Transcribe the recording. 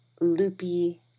loopy